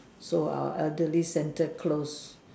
so err our elderly centre close